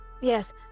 Yes